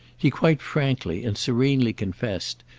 he quite frankly and serenely confessed,